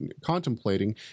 contemplating